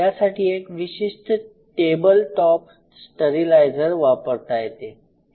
यासाठी एक विशिष्ट टेबल टॉप स्टरीलायझर वापरता येते